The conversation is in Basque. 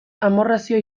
amorrazio